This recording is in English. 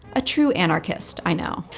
a true anarchist, i know.